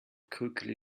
quickly